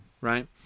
Right